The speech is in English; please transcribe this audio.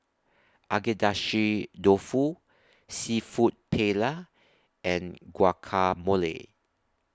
Agedashi Dofu Seafood Paella and Guacamole